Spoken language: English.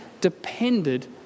depended